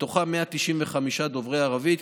מתוכם 195 דוברי ערבית.